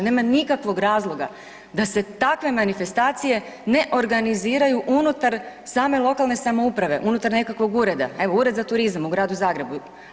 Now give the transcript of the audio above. Nema nikakvog razloga da se takve manifestacije ne organiziraju unutar same lokalne samouprave, unutar nekakvog ureda, evo ured za turizam u Gradu Zagrebu.